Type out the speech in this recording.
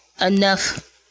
enough